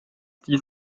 dies